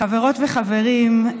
חברות וחברים,